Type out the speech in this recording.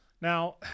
now